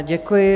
Děkuji.